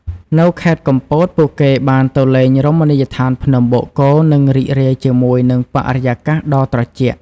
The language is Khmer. នៅខេត្តកំពត ពួកគេបានទៅលេងរមណីយដ្ឋានភ្នំបូកគោ និងរីករាយជាមួយនឹងបរិយាកាសដ៏ត្រជាក់។